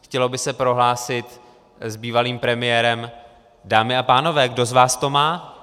Chtělo by se prohlásit s bývalým premiérem: Dámy a pánové, kdo z vás to má?